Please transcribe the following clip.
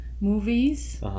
movies